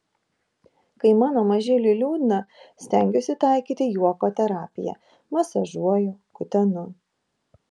kai mano mažyliui liūdna stengiuosi taikyti juoko terapiją masažuoju kutenu